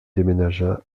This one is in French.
déménagea